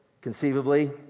conceivably